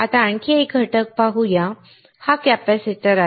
आता आणखी एक घटक पाहू हा कॅपेसिटर आहे